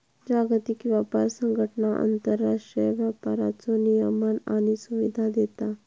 जागतिक व्यापार संघटना आंतरराष्ट्रीय व्यापाराचो नियमन आणि सुविधा देता